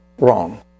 wrong